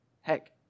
Heck